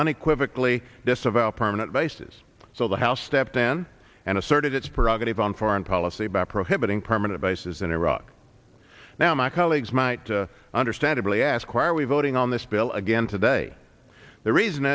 unequivocally disavow permanent bases so the house stepped in and asserted its prerogative on foreign policy by prohibiting permanent bases in iraq now my colleagues might understandably ask why are we voting on this bill again today the reason